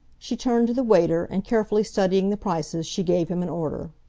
she turned to the waiter, and, carefully studying the prices, she gave him an order.